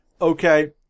Okay